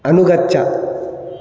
अनुगच्छ